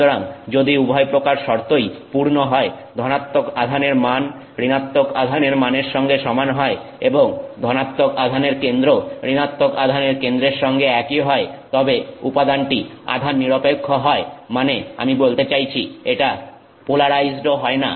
সুতরাং যদি উভয় প্রকার শর্তই পূর্ণ হয় ধনাত্মক আধানের মান ঋণাত্মক আধানের মানের সঙ্গে সমান হয় এবং ধনাত্মক আধানের কেন্দ্র ঋণাত্মক আধানের কেন্দ্রের সঙ্গে একই হয় তবে উপাদানটি আধান নিরপেক্ষ হয় মানে আমি বলতে চাইছি এটা পোলারাইজডও হয় না